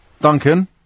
Duncan